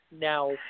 Now